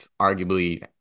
arguably